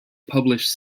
published